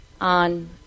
on